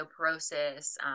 osteoporosis